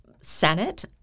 Senate